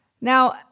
Now